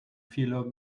fehler